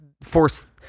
force